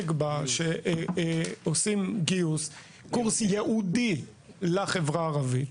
נקבע שעושים גיוס וקורס ייעודי לחברה הערבית,